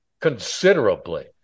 considerably